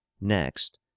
Next